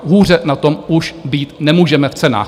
Hůře na tom už být nemůžeme v cenách.